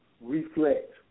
reflect